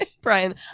Brian